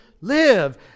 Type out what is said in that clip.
live